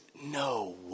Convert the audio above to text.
no